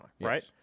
right